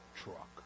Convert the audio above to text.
truck